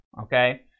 Okay